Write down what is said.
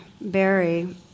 Barry